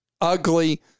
ugly